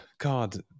god